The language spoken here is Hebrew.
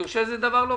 אני חושב שזה לא בסדר.